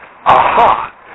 Aha